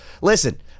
listen